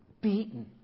beaten